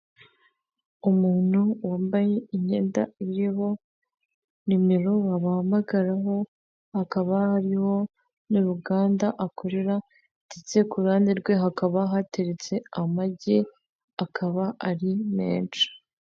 Umuntu wambaye imyenda irimo numero bamuhamagaraho hakaba harimo n' uruganda akorera, ndetse ku ruhande rwe hakaba hateretse amagi akaba ari menshi.